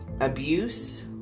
abuse